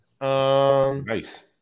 Nice